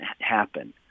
happen